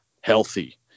healthy